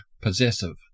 possessive